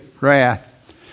wrath